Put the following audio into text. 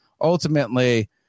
ultimately